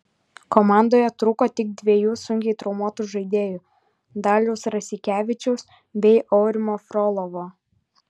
komandoje trūko tik dviejų sunkiai traumuotų žaidėjų daliaus rasikevičiaus bei aurimo frolovo